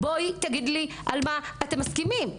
תגידי לי על מה אתם מסכימים.